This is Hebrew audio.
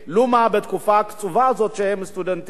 ולו בתקופה הקצובה הזאת שהם סטודנטים,